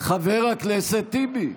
חבר הכנסת טיבי.